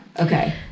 okay